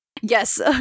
Yes